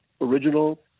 original